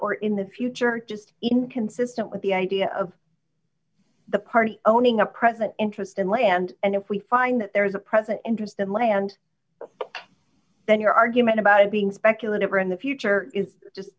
or in the future just inconsistent with the idea of the party owning a present interest in land and if we find that there is a present enters the land then your argument about it being speculative or in the future is just